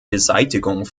beseitigung